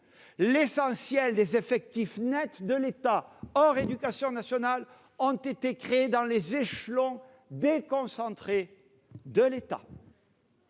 l'essentiel des effectifs nets de l'État, hors éducation nationale, a été créé dans les échelons déconcentrés.